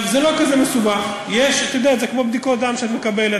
זה לא כזה מסובך, זה כמו בדיקות שאת מקבלת.